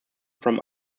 from